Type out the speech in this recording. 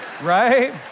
right